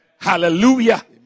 Hallelujah